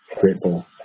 grateful